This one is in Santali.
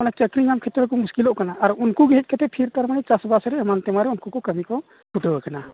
ᱚᱱᱟ ᱪᱟᱹᱠᱨᱤ ᱧᱟᱢ ᱠᱷᱮᱛᱨᱮ ᱨᱮᱠᱚ ᱢᱩᱥᱠᱤᱞᱚᱜ ᱠᱟᱱᱟ ᱟᱨ ᱩᱱᱠᱩ ᱜᱮ ᱦᱮᱡ ᱠᱟᱛᱮᱫ ᱪᱟᱥ ᱵᱟᱥ ᱨᱮ ᱮᱢᱟᱱ ᱛᱮᱢᱟᱱ ᱨᱮ ᱩᱱᱠᱩ ᱠᱟᱹᱢᱤ ᱠᱚ ᱪᱷᱩᱴᱟᱹᱣ ᱟᱠᱟᱱᱟ